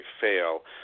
fail